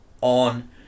on